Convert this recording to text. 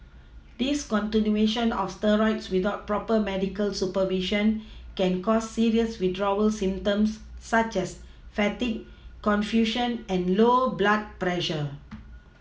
discontinuation of steroids without proper medical supervision can cause serious withdrawal symptoms such as fatigue confusion and low blood pressure